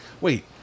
wait